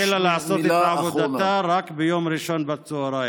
המשטרה התחילה לעשות את עבודתה רק ביום ראשון בצוהריים.